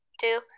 two